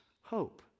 hope